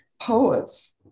poets